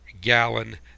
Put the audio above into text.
gallon